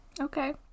Okay